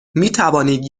میتوانید